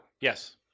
Yes